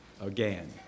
again